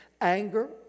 Anger